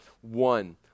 one